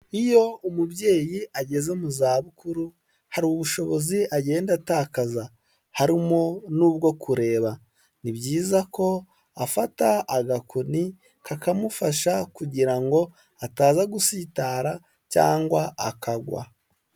Iyo umubyeyi ageze mu zabukuru, hari ubushobozi agenda atakaza harimo n'ubwo kureba. Ni byiza ko afata agakoni, kakamufasha kugira ngo ataza gusitara cyangwa akagwa.